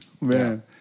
man